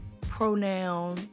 pronoun